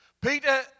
Peter